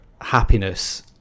happiness